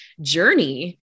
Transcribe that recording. journey